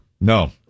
No